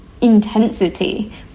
intensity